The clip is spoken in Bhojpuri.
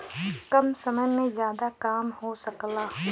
कम समय में जादा काम हो सकला